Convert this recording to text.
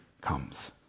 comes